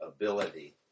ability